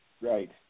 Right